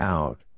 Out